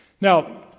Now